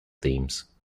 themes